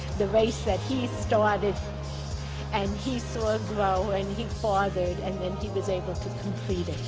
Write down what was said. the race that he started and he saw grow and he fathered, and then he was able to complete